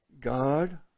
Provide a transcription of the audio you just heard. God